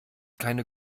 keine